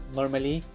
normally